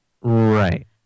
Right